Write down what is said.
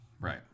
Right